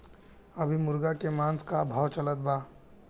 अभी मुर्गा के मांस के का भाव चलत बा?